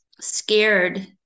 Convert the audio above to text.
scared